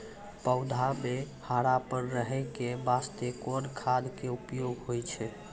पौधा म हरापन रहै के बास्ते कोन खाद के उपयोग होय छै?